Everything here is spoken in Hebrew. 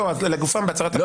לגופם בהצהרות הפתיחה.